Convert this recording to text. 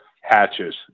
hatches